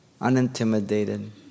unintimidated